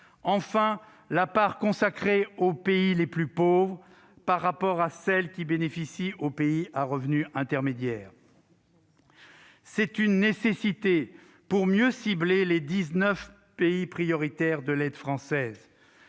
enfin, la part consacrée aux pays les plus pauvres par rapport à celle qui bénéficie aux pays à revenu intermédiaire. C'est une nécessité pour mieux cibler les 19 pays prioritaires de l'aide française.